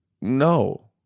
No